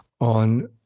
on